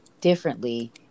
differently